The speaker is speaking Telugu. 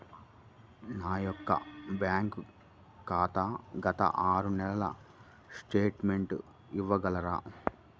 నా యొక్క బ్యాంక్ ఖాతా గత ఆరు నెలల స్టేట్మెంట్ ఇవ్వగలరా?